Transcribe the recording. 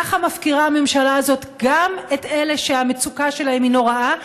ככה מפקירה הממשלה הזאת גם את אלה שהמצוקה שלהם היא נוראה,